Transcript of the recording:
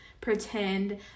pretend